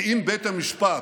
כי אם בית המשפט,